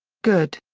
good.